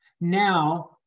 Now